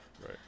right